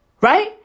right